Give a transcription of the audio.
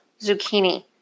zucchini